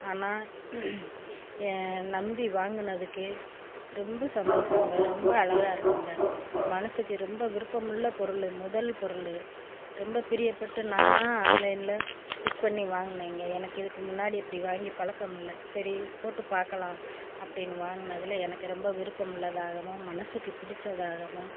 ஆனால் ஏ நம்பி வாங்கினதுக்கு ரொம்ப சந்தோஷோம்ங்க ரொம்ப அழகா இருக்குங்க மனதுக்கு ரொம்ப விருப்பமுள்ள பொருள் முதல் பொருள் ரொம்ப பிரியப்பட்டு நானாக ஆன்லைனில் புக் பண்ணி வாங்கினேங்க எனக்கு இதுக்கு முன்னாடி இப்படி வாங்கி பழக்கம் இல்லை சரி போட்டுப் பார்க்கலாம் அப்படின்னு வாங்கினதுல எனக்கு ரொம்ப விருப்பம் உள்ளதாகவும் மனசுக்கு பிடித்ததாகவும்